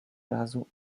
razu